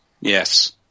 Yes